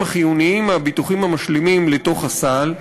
החיוניים מהביטוחים המשלימים לתוך הסל,